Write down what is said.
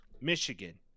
Michigan